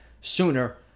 sooner